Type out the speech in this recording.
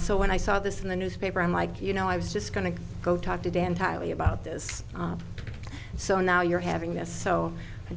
so when i saw this in the newspaper i'm like you know i was just going to go talk to dan tiley about this so now you're having this so i